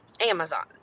Amazon